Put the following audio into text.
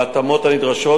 בהתאמות הנדרשות,